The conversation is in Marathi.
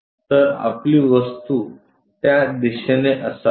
तर आपली वस्तू त्या दिशेने असावी